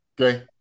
okay